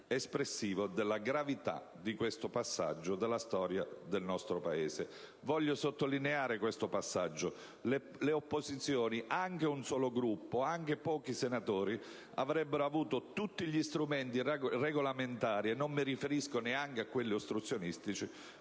espressivo della gravità di questo passaggio della storia del nostro Paese. Voglio sottolineare questo passaggio. Le opposizioni, anche un solo Gruppo, anche pochi senatori, avrebbero avuto tutti gli strumenti regolamentari, e non mi riferisco neanche a quelli ostruzionistici,